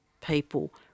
people